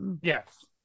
Yes